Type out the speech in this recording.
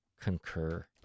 concur